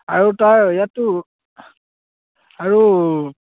আৰু তাৰ ইয়াতো আৰু